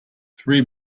three